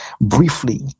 briefly